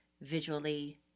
visually